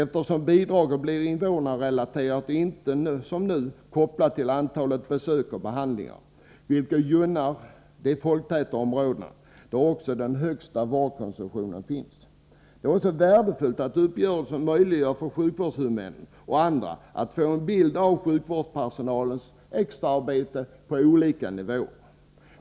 Bidraget blir nämligen invånarrelaterat och inte som nu kopplat till antalet besök och behandlingar, vilket gynnar de folktäta områdena, där också den högsta vårdkonsumtionen finns. Det är vidare värdefullt att avtalet möjliggör för sjukvårdshuvudmännen och andra att få en bild av sjukvårdspersonalens extraarbete på olika nivåer.